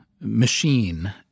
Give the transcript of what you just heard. machine